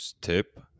tip